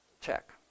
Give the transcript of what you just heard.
check